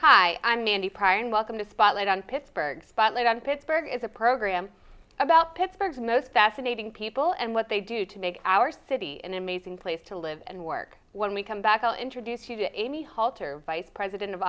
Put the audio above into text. hi i'm mandy pryor and welcome to spotlight on pittsburgh spotlight on pittsburgh is a program about pittsburgh most fascinating people and what they do to make our city an amazing place to live and work when we come back i'll introduce you to amy halter vice